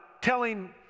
telling